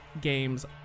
games